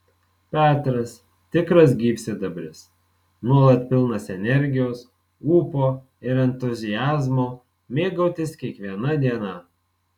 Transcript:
petras tikras gyvsidabris nuolat pilnas energijos ūpo ir entuziazmo mėgautis kiekviena diena